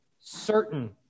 certain